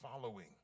following